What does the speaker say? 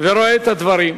ורואה את הדברים,